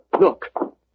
Look